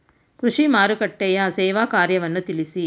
ಕೃಷಿ ಮಾರುಕಟ್ಟೆಯ ಸೇವಾ ಕಾರ್ಯವನ್ನು ತಿಳಿಸಿ?